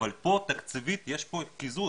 אבל פה תקציבית יש פה קיזוז,